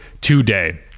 today